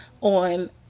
on